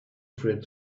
afraid